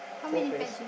four pears